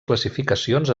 classificacions